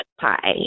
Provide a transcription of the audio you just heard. pie